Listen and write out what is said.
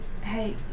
Hey